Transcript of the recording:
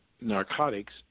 narcotics